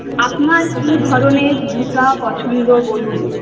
আপনার কী ধরনের জুতো পছন্দ বলুন